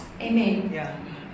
Amen